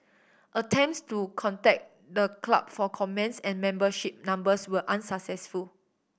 attempts to contact the club for comments and membership numbers were unsuccessful